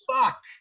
Fuck